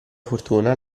fortuna